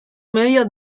medio